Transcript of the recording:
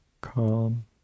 calm